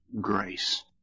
grace